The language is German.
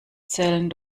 zählen